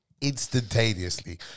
instantaneously